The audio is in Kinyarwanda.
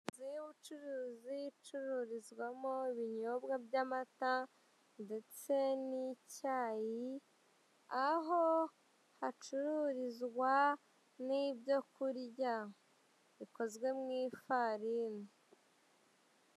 Iri iduka ricururizwamo ibintu bigiye bitandukanye harimo ibitenge abagore bambara bikabafasha kwirinda kugaragaza ubwambure bwabo.